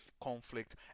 conflict